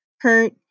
hurt